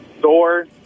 Thor